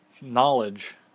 knowledge